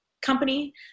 company